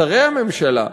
שרי הממשלה,